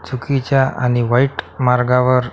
चुकीच्या आणि वाईट मार्गावर